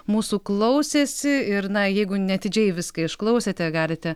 mūsų klausėsi ir na jeigu neatidžiai viską išklausėte galite